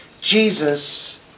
Jesus